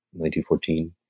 1914